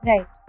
Right